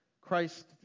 Christ